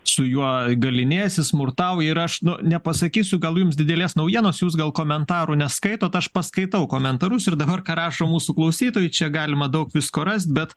su juo galynėjasi smurtauja ir aš nu nepasakysiu gal jums didelės naujienos jūs gal komentarų neskaitot aš paskaitau komentarus ir dabar ką rašo mūsų klausytojai čia galima daug visko rast bet